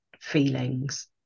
feelings